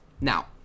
Now